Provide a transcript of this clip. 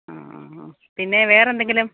ആ ആ അ പിന്നെ വേറെ എന്തെങ്കിലും